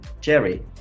Jerry